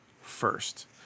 first